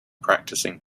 practicing